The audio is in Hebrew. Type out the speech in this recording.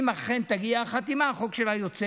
אם אכן תגיע החתימה, החוק שלה יוצא